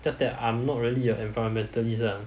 just that I'm not really a environmentalist ah